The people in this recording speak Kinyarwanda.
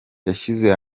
yashyize